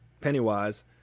Pennywise